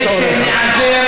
רוצה שניעזר,